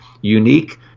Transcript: unique